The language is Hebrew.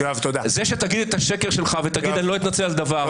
זה שתגיד את השקר שלך, אני לא אתנצל על דבר.